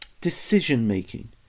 decision-making